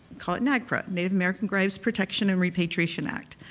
call it nagrpa. native american graves protection and repatriation act.